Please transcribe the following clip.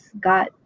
got